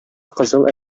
кызыл